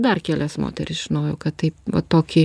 dar kelias moteris žinojau kad taip va tokį